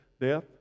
death